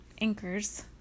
anchors